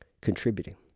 contributing